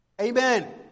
Amen